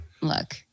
Look